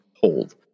Hold